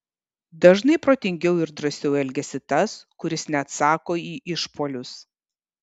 dažnai protingiau ir drąsiau elgiasi tas kuris neatsako į išpuolius